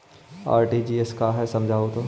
RTGS का है समझाहू तो?